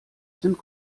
sind